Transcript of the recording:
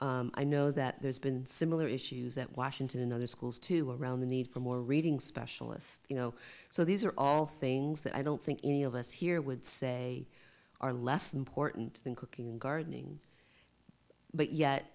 i know that there's been similar issues that washington and other schools to around the need for more reading specialist you know so these are all things that i don't think any of us here would say are less important than cooking and gardening but yet